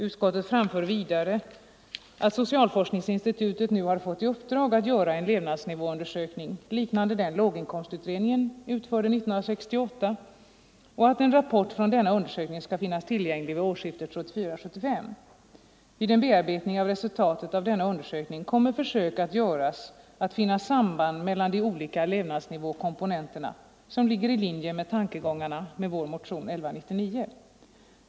Utskottet framför vidare att socialforskningsinstitutet nu har fått i uppdrag att göra en levnadsnivåundersökning liknande den som låginkomstutredningen utförde 1968 och att en rapport från denna undersökning skall finnas tillgänglig vid årsskiftet 1974-1975. Vid en bearbetning av resultatet av denna undersökning kommer försök att göras med att finna samband mellan de olika levnadsnivåkomponenterna, som ligger i linje med tankegångarna i vår motion 1199.